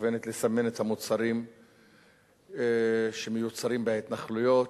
מתכוונת לסמן את המוצרים שמיוצרים בהתנחלויות,